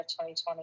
2020